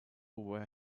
where